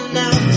now